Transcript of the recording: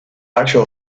actual